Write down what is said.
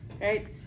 right